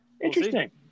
interesting